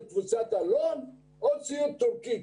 האם הם רוצים של קבוצת אלון או ציוד טורקי.